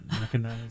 recognize